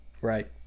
Right